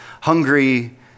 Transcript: hungry